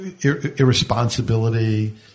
irresponsibility